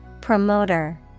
Promoter